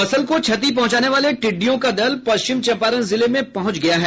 फसल को क्षति पहंचाने वाले टिडि़डयों का दल पश्चिम चम्पारण जिले में पहंच गया है